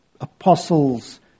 apostles